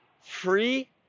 free